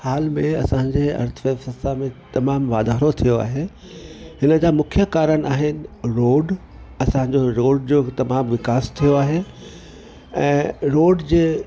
हाल में असांजे अर्थव्यवस्था में तमामु वाधारो थियो आहे हिन जा मुख्य कारण आहिनि रोड असांजो रोड जो तमाम विकास थियो आहे ऐं रोड जे